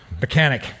Mechanic